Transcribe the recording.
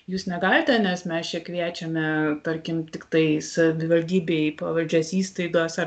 jūs negalite nes mes čia kviečiame tarkim tiktai savivaldybei pavaldžias įstaigas ar